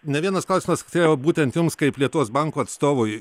ne vienas klausimas atėjo būtent jums kaip lietuvos banko atstovui